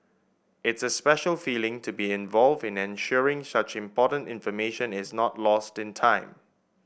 it's a special feeling to be involved in ensuring such important information is not lost in time